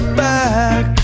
back